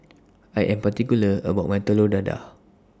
I Am particular about My Telur Dadah